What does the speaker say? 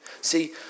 See